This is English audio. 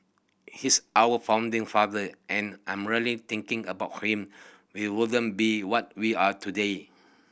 he's our founding father and I'm really thinking about him we wouldn't be what we are today